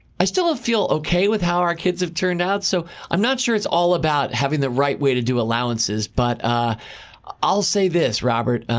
i still feel ok with how our kids have turned out, so i'm not sure it's all about having the right way to do allowances, but i'll say this, robert.